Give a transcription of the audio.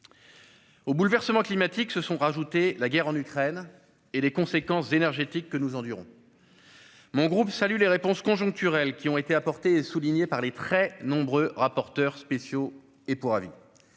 Aux bouleversements climatiques se sont ajoutées la guerre en Ukraine et les conséquences énergétiques que nous endurons. Le groupe Les Indépendants salue les réponses conjoncturelles, qui ont été décrites par les très nombreux rapporteurs spéciaux et pour avis,